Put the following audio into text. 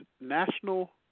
National